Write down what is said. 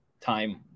time